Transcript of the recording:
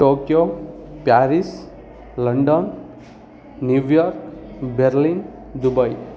Tokyo Paris London New York Berlin Dubai